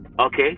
okay